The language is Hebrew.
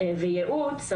וייעוץ,